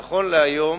נכון להיום